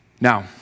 Now